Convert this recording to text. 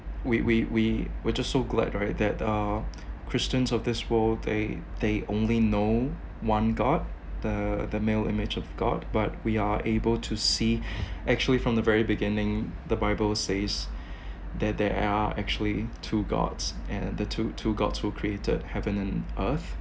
we we we we're just so glad right that uh christians of this world they they only know one god the the male image of god but we are able to see actually from the very beginning the bible says that there are actually two gods and the two two gods who created heaven and earth